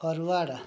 forward